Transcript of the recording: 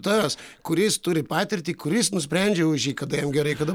tas kuris turi patirtį kuris nusprendžia už jį kada jam gerai kada